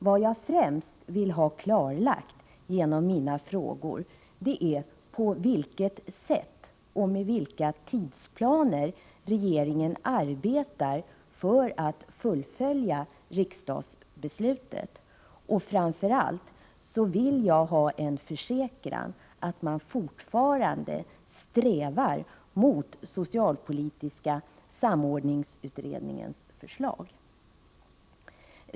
Vad jag främst vill ha klarlagt genom mina frågor är på vilket sätt och med vilka tidsplaner regeringen arbetar för att fullfölja riksdagsbeslutet. Framför allt vill jag ha en försäkran om att regeringen fortfarande strävar mot socialpolitiska samordningsutredningens förslag.